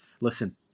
Listen